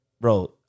Bro